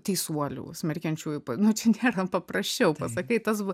teisuolių smerkiančiųjų nu čia nėra paprašiau pasakai tas